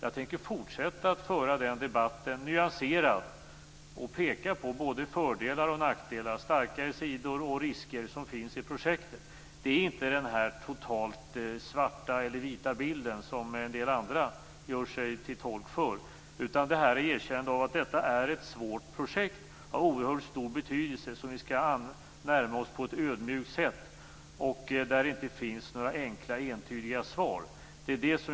Jag tänker fortsätta att föra den debatten nyanserat och peka på både fördelar och nackdelar, starkare sidor och risker, som finns i projektet. Det är inte den totalt svarta eller vita bild som en del andra gör sig till tolk för. Detta är ett svårt projekt av oerhört stor betydelse som vi skall närma oss på ett ödmjukt sätt. Det finns inga enkla entydiga svar.